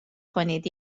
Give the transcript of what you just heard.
کنید